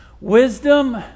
Wisdom